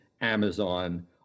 Amazon